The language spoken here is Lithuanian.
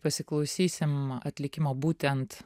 pasiklausysim atlikimo būtent